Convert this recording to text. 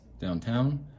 downtown